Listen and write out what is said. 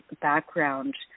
background